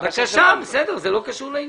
בקשה, בסדר, אבל זה לא קשור לעניין.